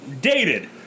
dated